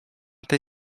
tej